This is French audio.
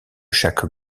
chaque